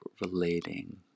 relating